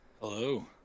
Hello